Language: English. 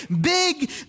big